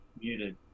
Muted